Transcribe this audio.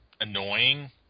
annoying